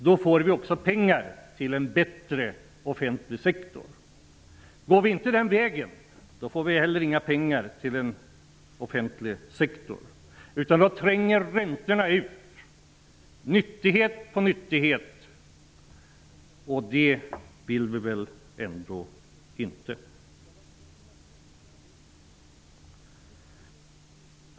Då får vi också pengar till en bättre offentlig sektor. Går vi inte den vägen, får vi heller inga pengar till den offentliga sektorn. Då tränger räntorna ut nyttighet på nyttighet, och det vill vi väl ändå inte.